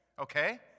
Okay